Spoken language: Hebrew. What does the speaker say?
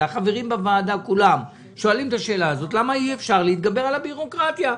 למה אי אפשר להתגבר על הבירוקרטיה?